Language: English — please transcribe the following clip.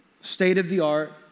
state-of-the-art